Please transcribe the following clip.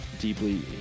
deeply